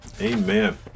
Amen